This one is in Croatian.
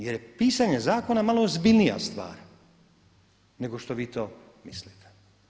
Jer pisanje zakona je malo ozbiljnija stvar nego što vi to mislite.